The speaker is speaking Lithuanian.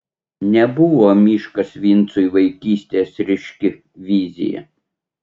nebuvo miškas vincui vaikystės ryški vizija